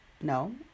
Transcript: No